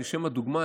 לשם הדוגמה,